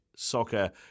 soccer